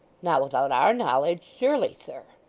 not without our knowledge surely, sir